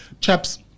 Chaps